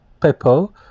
Peppo